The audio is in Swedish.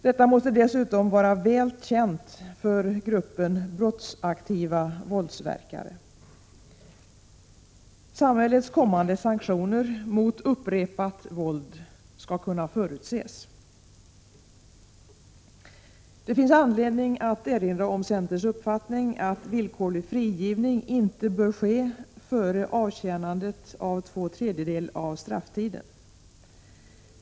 Detta måste dessutom vara väl känt för gruppen brottsaktiva våldsverkare. Samhällets kommande sanktioner mot upprepat 131 våld skall kunna förutses. Det finns anledning att erinra om centerns uppfattning att villkorlig frigivning inte bör ske före avtjänandet av två tredjedelar av strafftiden.